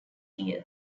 year